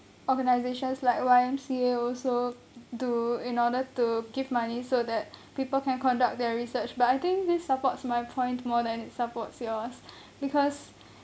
organisations like Y_M_C_A also do in order to give money so that people can conduct their research but I think this supports my point more than it supports yours because